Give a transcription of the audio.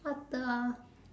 what the